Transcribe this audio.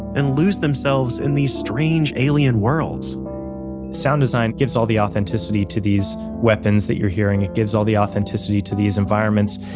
and lose themselves in these strange alien worlds sound design gives all the authenticity to these weapons that you're hearing. it gives all the authenticity to these environments.